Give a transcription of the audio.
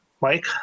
Mike